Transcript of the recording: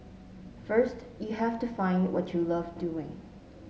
first you have to find what you love doing